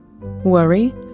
worry